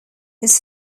his